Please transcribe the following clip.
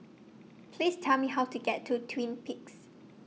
Please Tell Me How to get to Twin Peaks